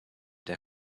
der